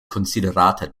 konsiderata